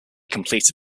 completed